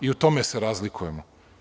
I u tome se razlikujemo.